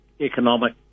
economic